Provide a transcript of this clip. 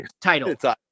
title